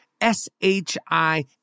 S-H-I